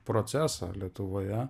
procesą lietuvoje